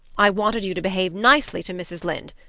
i wanted you to behave nicely to mrs. lynde,